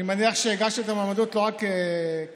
אני מניח שהגשת את המועמדות לא רק כעמדה